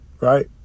right